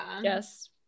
Yes